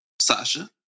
Sasha